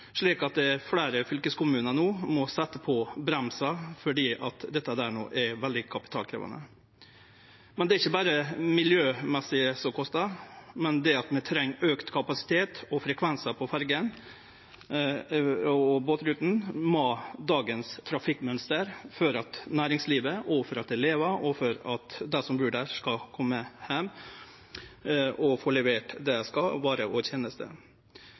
fleire fylkeskommunar må no setje på bremsen fordi dette er veldig kapitalkrevjande. Det er ikkje berre det miljømessige som kostar, men det at vi treng auka kapasitet og frekvens på ferjene og båtrutene med dagens trafikkmønster for at næringslivet skal få levert det dei skal av varer og tenester, og at elevar og dei som bur der, skal kome heim. Senterpartiet ber Stortinget og